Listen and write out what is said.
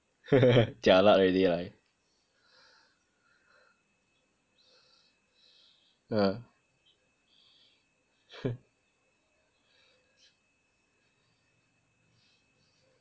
jialat already right ah